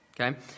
okay